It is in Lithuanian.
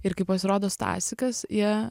ir kai pasirodo stasikas jie